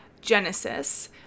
Genesis